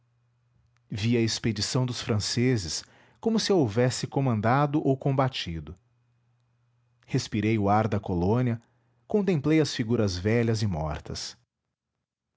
a expedição dos franceses como se a houvesse comandado ou combatido respirei o ar da colônia contemplei as figuras velhas e mortas